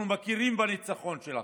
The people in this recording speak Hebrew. שאנחנו מכירים בניצחון שלכם,